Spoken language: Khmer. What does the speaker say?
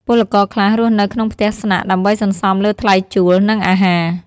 ពលករខ្លះរស់នៅក្នុងផ្ទះស្នាក់ដើម្បីសន្សំលើថ្លៃជួល និងអាហារ។